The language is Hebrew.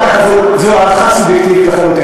בואי נאמר ככה, זו הערכה סובייקטיבית לחלוטין.